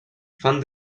fan